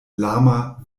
lama